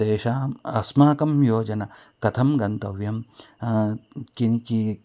तेषाम् अस्माकं योजना कथं गन्तव्यं किं कियद्